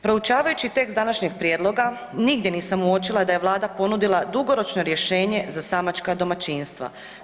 Proučavajući tekst današnjeg prijedloga, nigdje nisam uočila da je Vlada ponudila dugoročno rješenje za samačka domaćinstva.